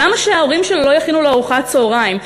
למה שההורים שלו לא יכינו לו ארוחת צהריים?